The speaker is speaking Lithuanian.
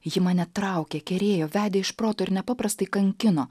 ji mane traukė kerėjo vedė iš proto ir nepaprastai kankino